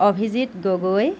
Abhijit Gogoi